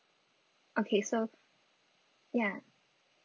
okay so ya